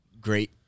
Great